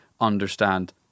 understand